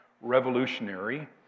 revolutionary